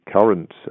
current